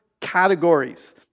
categories